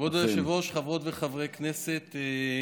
כבוד היושב-ראש, חברות וחברי כנסת,